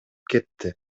кетти